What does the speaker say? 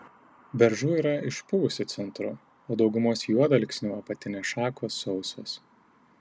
beržų yra išpuvusiu centru o daugumos juodalksnių apatinės šakos sausos